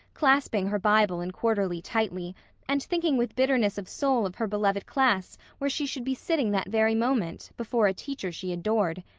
clasping her bible and quarterly tightly and thinking with bitterness of soul of her beloved class where she should be sitting that very moment, before a teacher she adored.